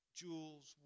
jewels